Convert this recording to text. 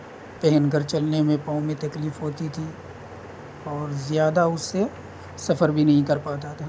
پہن کر چلنے میں پاؤں میں تکلیف ہوتی تھی اور زیادہ اس سے سفر بھی نہیں کر پاتا تھا